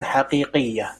حقيقية